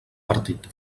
partit